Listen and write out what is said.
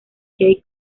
jay